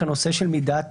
הנושא של מידת